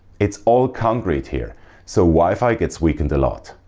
it's all concrete here so wi-fi gets weakened a lot.